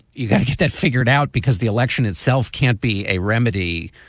you got that figured out because the election itself can't be a remedy.